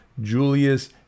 Julius